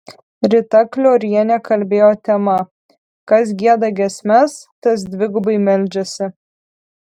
rita kliorienė kalbėjo tema kas gieda giesmes tas dvigubai meldžiasi